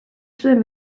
zuen